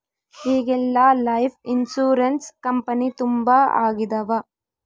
ಈಗೆಲ್ಲಾ life insurance company ತುಂಬಾ ಆಗಿದವ